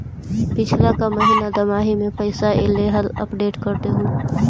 पिछला का महिना दमाहि में पैसा ऐले हाल अपडेट कर देहुन?